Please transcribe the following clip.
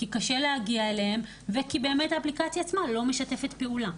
כי קשה להגיע אליהם ובאמת כי האפליקציה עצמה לא משתפת פעולה.